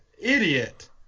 idiot